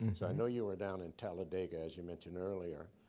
and so i know you were down in talladega, as you mentioned earlier.